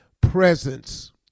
presence